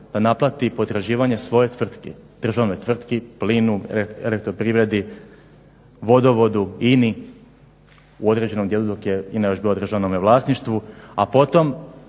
naplati potraživanje svoje tvrtke državnoj tvrtki plinu, Elektroprivredi, Vodovodu, INA-i u određenom dijelu dok je INA bila u državnome vlasništvu, a potom